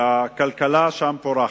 הכלכלה שם פורחת,